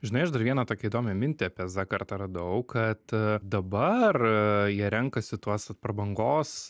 žinai aš dar vieną tokią įdomią mintį apie z kartą radau kad dabar jie renkasi tuos vat prabangos